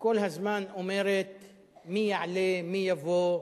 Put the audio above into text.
כל הזמן אומרת מי יעלה ומי יבוא.